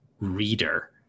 reader